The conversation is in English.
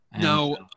No